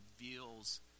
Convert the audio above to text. reveals